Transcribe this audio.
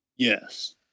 Yes